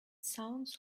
sounds